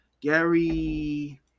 Gary